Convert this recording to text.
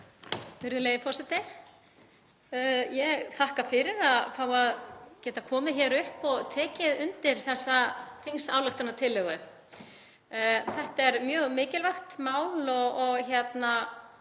Virðulegi forseti. Ég þakka fyrir að fá að geta komið hingað upp og tekið undir þessa þingsályktunartillögu. Þetta er mjög mikilvægt mál og ég